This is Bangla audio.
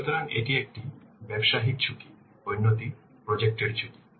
সুতরাং একটি ব্যবসায়িক ঝুঁকি অন্যটি প্রজেক্ট এর ঝুঁকি